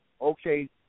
okay